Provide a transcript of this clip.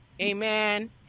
Amen